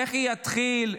איך יתחיל?